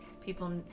people